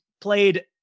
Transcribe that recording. played